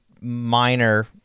minor